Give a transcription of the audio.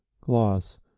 Gloss